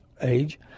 age